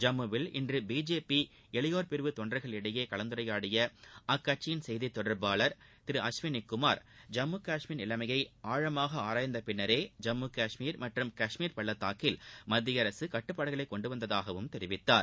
ஜம்முவில் இன்று பிஜேபி இளையோர் பிரிவு தொண்டர்களிடையே கலந்துரையாடிய அக்கட்சியின் செய்தி தொடர்பாளர் திரு அஸ்வினிகுமார் ஜம்மு கஷ்மீர் நிலைமையை ஆழமாக ஆராய்ந்த பின்னரே ஜம்முகஷ்மீர் மற்றும் கஷ்மீர் பள்ளத்தாக்கில் மத்திய அரசு கட்டுப்பாடுகளை கொண்டுவந்ததாகவும் தெரிவித்தார்